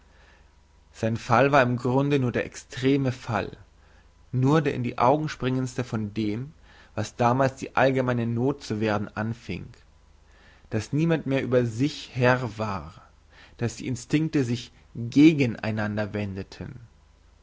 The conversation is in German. sein fall war im grunde nur der extreme fall nur der in die augen springendste von dem was damals die allgemeine noth zu werden anfieng dass niemand mehr über sich herr war dass die instinkte sich gegen einander wendeten